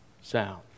sound